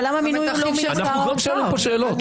אבל המינויים הם לא --- אנחנו גם שואלים פה שאלות,